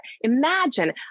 Imagine